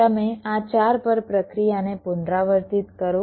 તમે આ 4 પર પ્રક્રિયાને પુનરાવર્તિત કરો